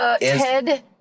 Ted